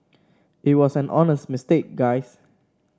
it was an honest mistake guys